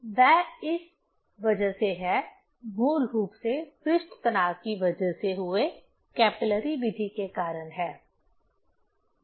तो वह इस वजह से है मूल रूप से पृष्ठ तनाव की वजह से हुए कैपिलरी वृद्धि के कारण है